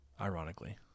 Ironically